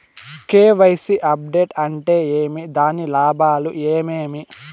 KYC update అంటే ఏమి? దాని లాభాలు ఏమేమి?